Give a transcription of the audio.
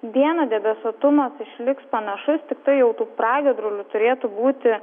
dieną debesuotumas išliks panašus tiktai jau tų pragiedrulių turėtų būti